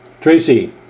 Tracy